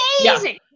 amazing